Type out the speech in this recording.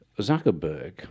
Zuckerberg